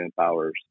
hours